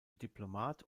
diplomat